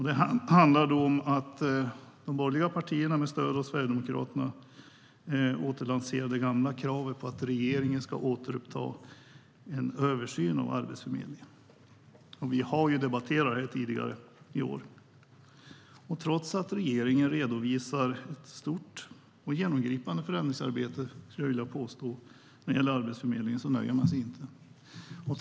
Den handlar om att de borgerliga partierna med stöd av Sverigedemokraterna återlanserar det gamla kravet på att regeringen ska återuppta en översyn av Arbetsförmedlingen. Vi har debatterat den frågan tidigare i år. Trots att regeringen redovisar vad jag skulle vilja påstå är ett stort och genomgripande förändringsarbete när det gäller Arbetsförmedlingen nöjer man sig inte med det.